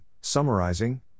Summarizing